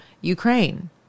Ukraine